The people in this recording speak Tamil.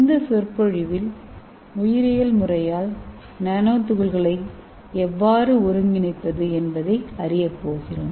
இந்த சொற்பொழிவில் உயிரியல் முறையால் நானோதுகள்களை எவ்வாறு ஒருங்கிணைப்பது என்பதை அறியப்போகிறோம்